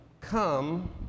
come